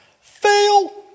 Fail